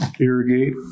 Irrigate